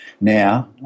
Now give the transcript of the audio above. now